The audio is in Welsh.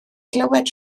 glywed